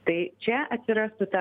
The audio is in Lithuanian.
tai čia atsirastų ta